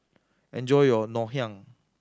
enjoy your Ngoh Hiang